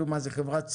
זה חברת צים?